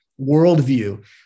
worldview